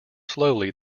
slowly